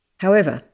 however,